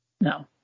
No